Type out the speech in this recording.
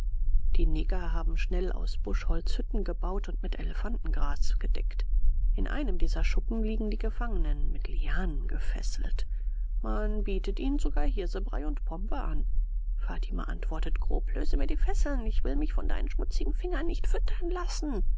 die neger haben schnell aus buschholz hütten gebaut und mit elefantengras gedeckt in einem dieser schuppen liegen die gefangenen mit lianen gefesselt man bietet ihnen sogar hirsebrei und pombe an fatima antwortet grob löse mir die fesseln ich will mich von deinen schmutzigen fingern nicht füttern lassen